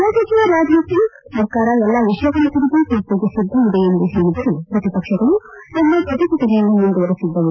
ಗ್ಟಪ ಸಚಿವ ರಾಜನಾಥ್ ಸಿಂಗ್ ಸರ್ಕಾರ ಎಲ್ಲಾ ವಿಷಯಗಳ ಕುರಿತು ಚರ್ಚೆಗೆ ಸಿದ್ದವಿದೆ ಎಂದು ಪೇಳಿದರೂ ಪ್ರತಿಪಕ್ಷಗಳ ತಮ್ಮ ಪ್ರತಿಭಟನೆಯನ್ನು ಮುಂದುವರಿಸಿದ್ದವು